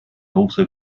also